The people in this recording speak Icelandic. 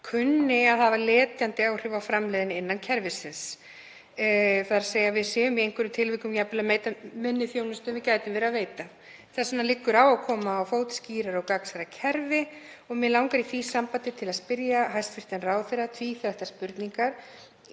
kunni að hafa letjandi áhrif á framleiðni innan kerfisins, þ.e. að við séum í einhverjum tilvikum jafnvel að veita minni þjónustu en við gætum verið að veita. Þess vegna liggur á að koma á fót skýrara og gagnsærra kerfi. Mig langar í því sambandi til að spyrja hæstv. ráðherra tvíþættrar spurningar: